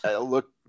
Look